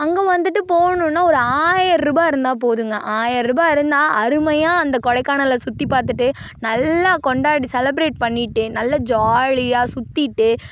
அங்கே வந்துவிட்டு போகணுன்னா ஒரு ஆயிர்ரூபா இருந்தால் போதுங்க ஆயிர்ரூபா இருந்தால் அருமையாக அந்த கொடைக்கானலை சுற்றிப்பாத்துட்டு நல்லா கொண்டாடி செலப்ரேட் பண்ணிவிட்டு நல்ல ஜாலியாக சுற்றிட்டு